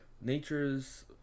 nature's